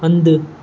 हंदु